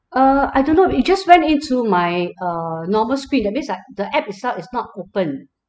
uh I don't know it just went into my uh normal screen that means I the app itself is not open